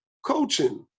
coaching